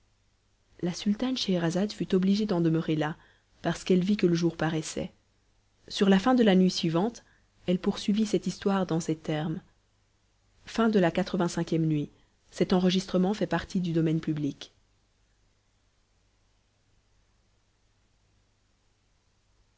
la sultane scheherazade fut obligée d'en demeurer là parce qu'elle vit que le jour paraissait sur la fin de la nuit suivante elle poursuivit cette histoire dans ces termes lxxxvi nuit